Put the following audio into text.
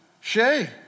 Shay